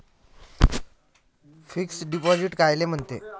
Fix deposit कायले म्हनते?